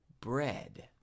bread